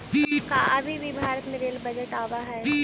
का अभी भी भारत में रेल बजट आवा हई